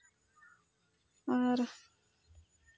ᱟᱨ